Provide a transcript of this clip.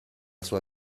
sua